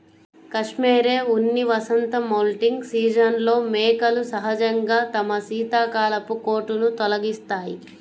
cashmere ఉన్ని వసంత moulting సీజన్లో మేకలు సహజంగా తమ శీతాకాలపు కోటును తొలగిస్తాయి